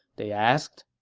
they asked